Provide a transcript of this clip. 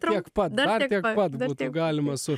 tiek pat dar tiek pat būtų galima su